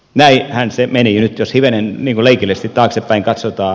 näinhän se meni nyt jos hivenen leikillisesti taaksepäin katsotaan